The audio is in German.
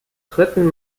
dritten